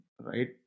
right